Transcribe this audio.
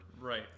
Right